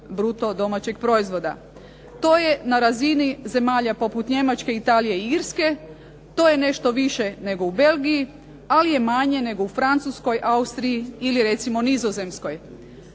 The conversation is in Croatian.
bruto domaćeg proizvoda. To je na razini zemalja poput Njemačke, Italije, Irske, to je nešto više nego u Belgiji ali je manje nego u Francuskoj, Austriji ili recimo Nizozemskoj.